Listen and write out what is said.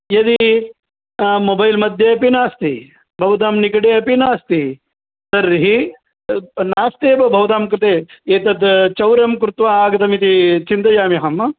यदि मोबैल् मध्ये अपि नास्ति भवतां निकटे अपि नास्ति तर्हि नास्ति एव भवतां कृते एतद् चौर्यं कृत्वा आगतमिति चिन्तयामि अहं